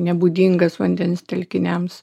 nebūdingas vandens telkiniams